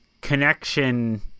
connection